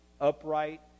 upright